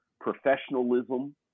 professionalism